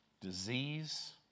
disease